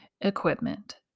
equipment